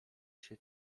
się